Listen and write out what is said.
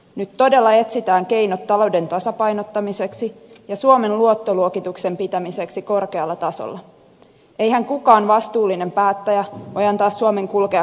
nyt todella etsitään keinot talouden tasapainottamiseksi ja suomen luottoluokituksen pitämiseksi korkealla tasolla eihän kukaan vastuullinen päättäjä voi antaa suomen kulkea kreikan tietä